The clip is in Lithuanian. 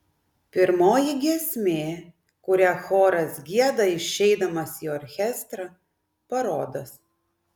pirmoji giesmė kurią choras gieda išeidamas į orchestrą parodas